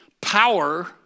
Power